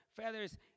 feathers